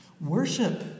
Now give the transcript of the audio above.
Worship